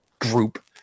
group